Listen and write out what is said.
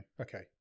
okay